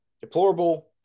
deplorable